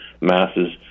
masses